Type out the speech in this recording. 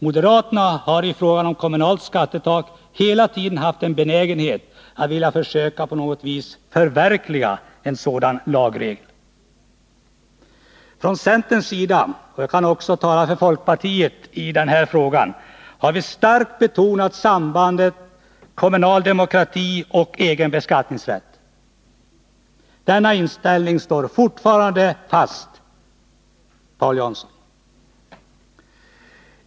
Moderaterna har i fråga om kommunalt skattetak hela tiden haft en benägenhet att försöka på något vis förverkliga en sådan lagregel. Från centerns sida — och i den frågan kan jag tala också för folkpartiet — har vi starkt betonat sambandet mellan kommunal demokrati och egen beskattningsrätt. Denna inställning står fast, Paul Jansson.